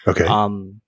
Okay